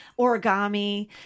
origami